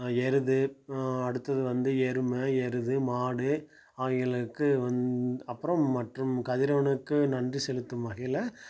எருது அடுத்தது வந்து எருமை எருது மாடு ஆகியவைகளுக்கு அப்புறம் மற்றும் கதிரவனுக்கு நன்றி செலுத்தும் வகையில்